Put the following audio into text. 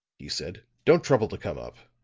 he said. don't trouble to come up.